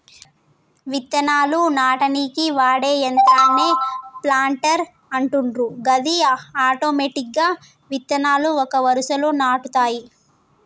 విత్తనాలు నాటనీకి వాడే యంత్రాన్నే ప్లాంటర్ అంటుండ్రు గది ఆటోమెటిక్గా విత్తనాలు ఒక వరుసలో నాటుతాయి